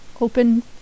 open